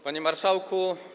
Panie Marszałku!